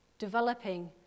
developing